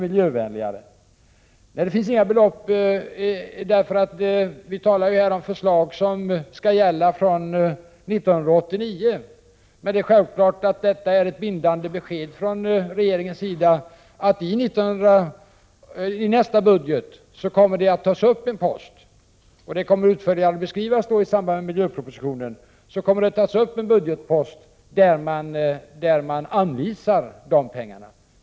Nej, det finns inga belopp angivna. Vi talar ju här om förslag, som skall gälla från 1989. Men självklart är detta ett bindande besked från regeringen. I nästa budget kommer vi att ta upp en post — den kommer att utförligare beskrivas i samband med miljöpropositionen — vari dessa pengar anvisas.